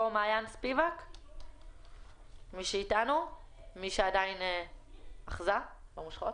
עומדת גם עגלה מחוץ